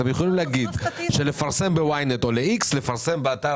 אתם יכולים להגיד שלפרסם ב-YNET או באתר